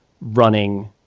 running